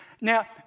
Now